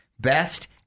Best